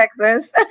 Texas